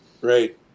great